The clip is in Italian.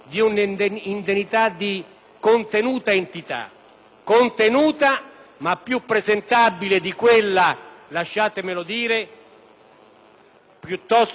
contenuta, ma più presentabile di quella - lasciatemelo dire - piuttosto imbarazzante di tre euro al mese